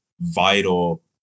vital